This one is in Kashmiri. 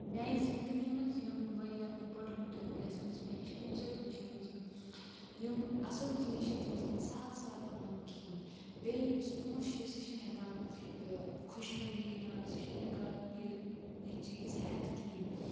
میانہِ زندگی منز یِم واریاہ اِمپاٹنٹ لیسَنز مے ہیچھہ مٕتۍ چھِ تُم چھِ یِم زِ یِم اصل چیز چھِ تِم چھنہِ سہل سہل یوان کِہیٖنۍ بییہِ یُس پونسہ چھُ سُہ چھُنہٕ ہیکان یہِ خوشحٲلی یا سُہ چھنہٕ ہیکان یہِ یہِ چیز ہٮ۪تھ کِہیٖنۍ